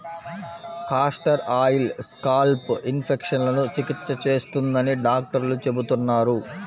castor oil scalp ఇన్ఫెక్షన్లకు చికిత్స చేస్తుందని డాక్టర్లు చెబుతున్నారు